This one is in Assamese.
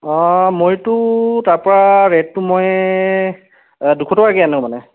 অঁ মইতো তাৰপৰা ৰেটটো মই দুশ টকাকৈ আনো মানে